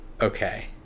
Okay